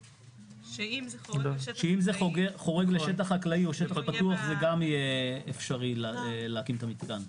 אם זה חורג לשטח חקלאי או שטח פתוח זה גם יהיה אפשרי להקים את המתקן.